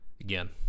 again